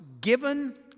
given